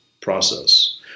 process